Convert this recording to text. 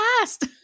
last